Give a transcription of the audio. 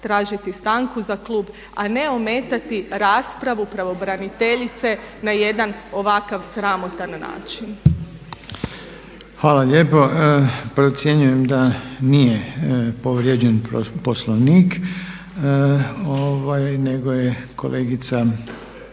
tražiti stanku za klub a ne ometati raspravu pravobraniteljice na jedan ovakav sramotan način. **Reiner, Željko (HDZ)** Hvala lijepo. Procjenjujem da nije povrijeđen Poslovnik nego je kolegica